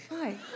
Hi